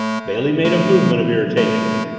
bailey made a movement of irritation.